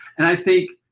and i think,